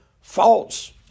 false